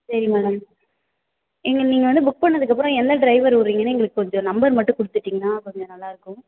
சரி மேடம் இங்கே நீங்கள் வந்து புக் பண்ணதுக்கப்புறம் எந்த ட்ரைவர் விடுறீங்கன்னு எங்களுக்கு கொஞ்சம் நம்பர் மட்டும் கொடுத்துட்டிங்னா கொஞ்சம் நல்லாயிருக்கும்